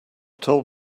toll